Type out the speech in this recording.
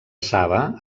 saba